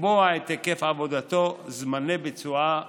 לקבוע את היקף עבודתו, זמני ביצועה ותוכנה",